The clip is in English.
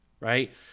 Right